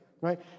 right